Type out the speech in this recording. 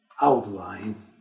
outline